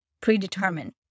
predetermined